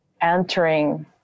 entering